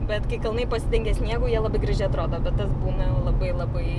bet kai kalnai pasidengia sniegu jie labai gražiai atrodo bet tas būna labai labai